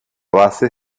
base